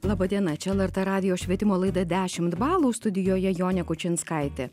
laba diena čia lrt radijo švietimo laida dešimt balų studijoje jonė kučinskaitė